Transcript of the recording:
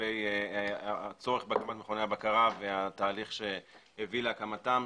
לגבי הצורך בהקמת מכוני הבקרה והתהליך שהביא להקמתם.